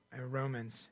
Romans